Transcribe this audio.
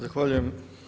Zahvaljujem.